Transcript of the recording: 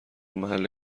محل